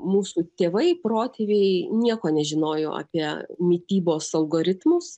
mūsų tėvai protėviai nieko nežinojo apie mitybos algoritmus